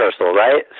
right